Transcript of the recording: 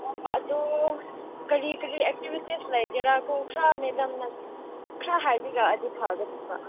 ꯎꯝ ꯑꯗꯨ ꯀꯔꯤ ꯀꯔꯤ ꯑꯦꯛꯇꯤꯕꯤꯇꯤꯁ ꯂꯩꯒꯦꯔꯥ ꯑꯗꯨ ꯈꯔ ꯃꯦꯗꯥꯝꯅ ꯈꯔ ꯍꯥꯏꯕꯤꯔꯛꯑꯗꯤ ꯐꯒꯗꯕ